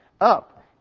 Up